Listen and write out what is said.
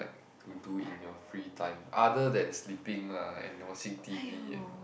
to do in your free time other than sleeping lah and watching t_v and